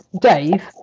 Dave